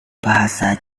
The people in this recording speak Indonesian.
bahasa